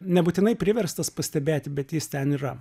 nebūtinai priverstas pastebėti bet jis ten yra